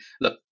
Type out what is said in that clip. look